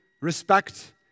respect